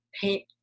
paint